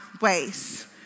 ways